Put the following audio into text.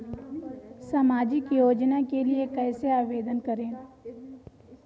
सामाजिक योजना के लिए कैसे आवेदन करें?